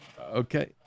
Okay